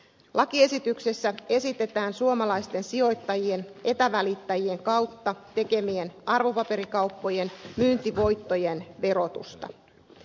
lakiesityksessä esitetään suomalaisten sijoittajien etävälittäjien kautta tekemien arvopaperikauppojen myyntivoittojen verotusta